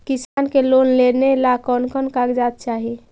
किसान के लोन लेने ला कोन कोन कागजात चाही?